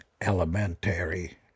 Elementary